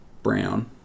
Brown